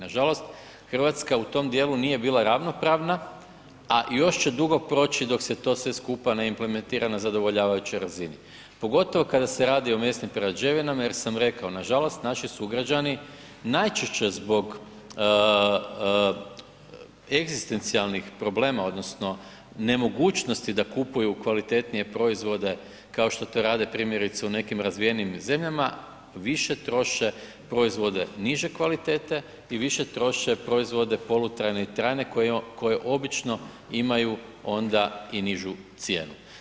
Nažalost Hrvatska u tom dijelu nije bila ravnopravna a još će dugo proći dok se to sve skupa ne implementira na zadovoljavajućoj razini pogotovo kada se radi o mesnim prerađevinama jer sam rekao nažalost naši sugrađani najčešće zbog egzistencijalni problema, odnosno nemogućnosti da kupuju kvalitetnije proizvode kao što to rade primjerice u nekim razvijenijim zemljama više troše proizvode niže kvalitete i više troše proizvode polutrajne i trajne koji obično imaju onda i nižu cijenu.